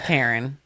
Karen